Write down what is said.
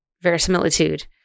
verisimilitude